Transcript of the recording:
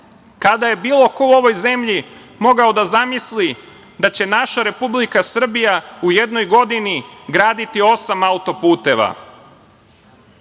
osam. Kada je bilo ko u ovoj zemlji mogao da zamisli da će naša Republika Srbija u jednoj godini graditi osam auto-puteva?